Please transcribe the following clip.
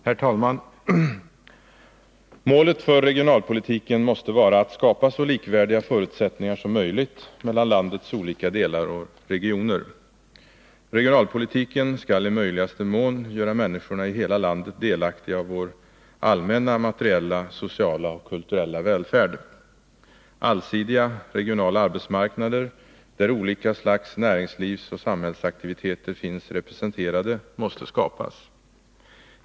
Herr talman! Målet för regionalpolitiken måste vara att skapa så likvärdiga förutsättningar som möjligt mellan landets olika delar och regioner. Regionalpolitiken skall i möjligaste mån göra människorna i hela landet delaktiga av vår allmänna materiella, sociala och kulturella välfärd. Allsidiga regionala arbetsmarknader, där olika slags näringslivsoch samhällsaktiviteter finns representerade, måste skapas.